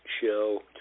show